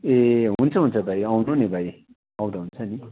ए हुन्छ हुन्छ भाइ आउनु नि भाइ आउँदा हुन्छ नि